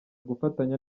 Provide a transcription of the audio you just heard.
gufatanya